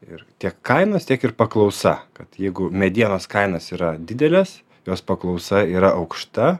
ir tiek kainos tiek ir paklausa kad jeigu medienos kainos yra didelės jos paklausa yra aukšta